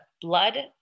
blood